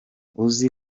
uzi